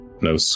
no